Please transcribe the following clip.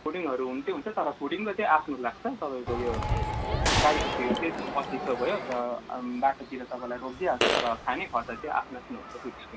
फुडिङहरू हुनु चाहिँ हुन्छ तर फुडिङको चाहिँ आफ्नो लाग्छ तपाईँको यो गाडीको फी चाहिँ बत्तिस सौ भयो अन्त बाटोतिर तपाईँलाई रोकिदिइ हाल्छ तर खाने खर्च चाहिँ आफ्नो आफ्नो हुन्छ टुरिस्टको हुन्छ